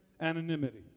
Anonymity